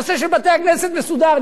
הנושא של בתי-הכנסת מסודר,